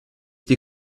die